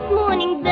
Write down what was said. morning